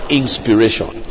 inspiration